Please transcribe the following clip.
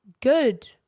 Good